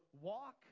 walk